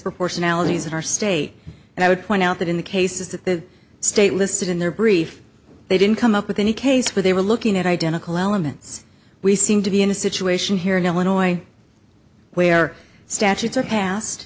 disproportionality is that our state and i would point out that in the cases that the state listed in their brief they didn't come up with any case where they were looking at identical elements we seem to be in a situation here in illinois where statutes are passed